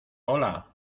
hola